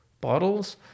bottles